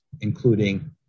including